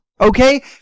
okay